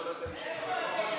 אתה מתכוון לפנות את הפחונים?